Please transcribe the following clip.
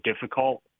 difficult